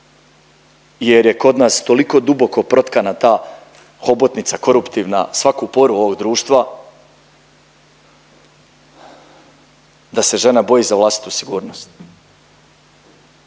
jer je kod nas toliko duboko protkana ta hobotnica koruptivna svaku poru ovog društva da se žena boji za vlastitu sigurnost.